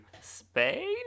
Spain